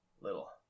little